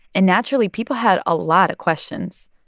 and naturally, people had a lot of questions.